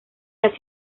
las